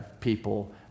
people